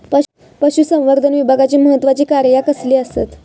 पशुसंवर्धन विभागाची महत्त्वाची कार्या कसली आसत?